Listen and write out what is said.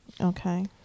Okay